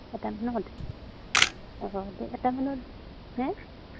এটামানত অঁ দে এটামানত হে